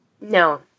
No